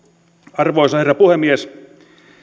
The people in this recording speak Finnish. arvoisa herra puhemies